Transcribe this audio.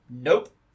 Nope